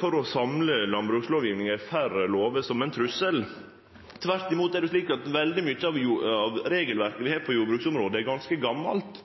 for å samle landbrukslovgjevinga i færre lover som ein trussel. Tvert imot er det slik at veldig mykje av regelverket vi har på jordbruksområdet, er ganske gamalt